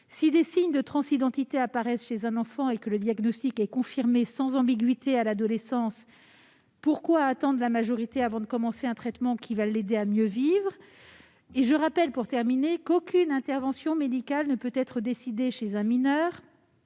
Si des signes de transidentité apparaissent chez un enfant et que le diagnostic est confirmé sans ambiguïté à l'adolescence, pourquoi attendre la majorité avant de commencer un traitement qui va l'aider à mieux vivre ? Je rappelle pour terminer qu'aucune intervention médicale ne peut être décidée sur un mineur